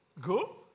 Go